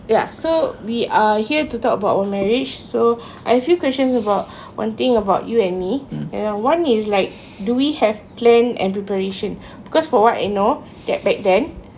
ya so we are here to talk about our marriage so a few questions about one thing about you and me one is like do we have plan and preparation because for what I know that back then